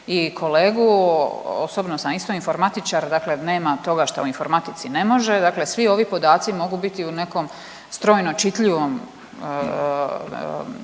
kolegu. Osobno sam isto informatičar, dakle nema toga što u informatici ne može. Dakle, svi ovi podaci mogu biti u nekom strojno čitljivom načinu